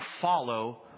follow